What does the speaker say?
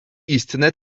istne